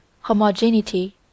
homogeneity